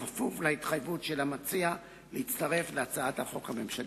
בכפוף להתחייבות של המציע להצטרף להצעת החוק הממשלתית.